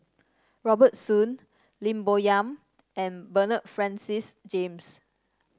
Robert Soon Lim Bo Yam and Bernard Francis James